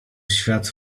świat